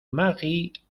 marie